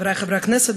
חברי חברי הכנסת,